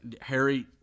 Harry